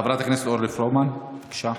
חברת הכנסת אורלי פרומן, בבקשה.